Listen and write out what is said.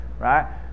right